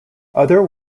other